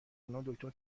داروخونه